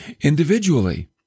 Individually